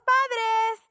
Padres